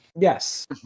Yes